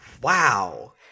Wow